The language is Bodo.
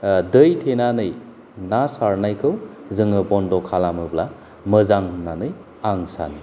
दै थेनानै ना सारनायखौ जोङो बन्द' खालामोब्ला मोजां होननानै आं सानो